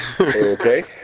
Okay